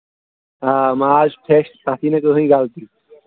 آ ماز چھُ فرٛٮ۪ش تَتھ یی نہٕ کٕہۭنۍ غلطی